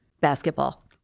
Basketball